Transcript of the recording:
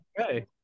Okay